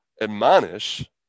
admonish